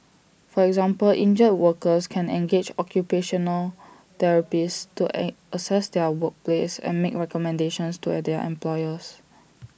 for example injured workers can engage occupational therapists to assess their workplace and make recommendations to their employers